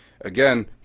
again